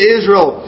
Israel